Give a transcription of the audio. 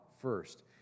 first